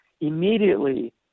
immediately